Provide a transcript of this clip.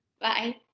Bye